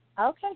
Okay